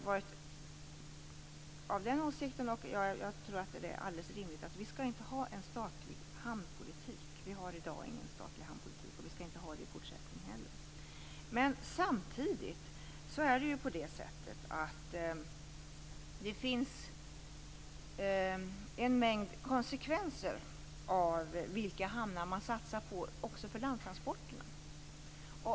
Vi är av den åsikten att det inte skall finnas någon statlig hamnpolitik. I dag har vi ingen sådan och vi skall inte heller ha det i fortsättningen. Samtidigt finns det en mängd konsekvenser för landtransporterna när det gäller vilka hamnar som man satsar på.